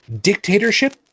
dictatorship